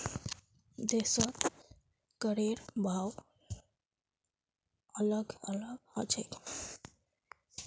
देशत करेर भाव अलग अलग ह छेक